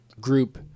group